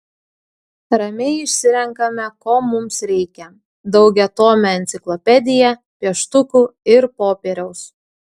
ramiai išsirenkame ko mums reikia daugiatomę enciklopediją pieštukų ir popieriaus